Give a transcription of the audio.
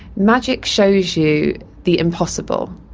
magic shows you the impossible.